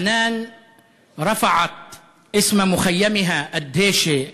חנאן היא בת מחנה דהיישה,